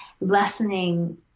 lessening